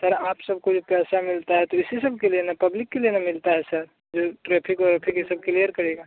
sir आप सबको ये पैसा मिलता है तो इसी सब के लिए ना पब्लिक के लिए ना मिलता है सर जो ट्रेफिक व्रेफिक ये सब क्लियर करिएगा